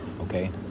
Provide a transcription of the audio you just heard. Okay